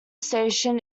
station